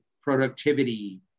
productivity